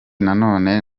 noneho